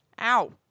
Ow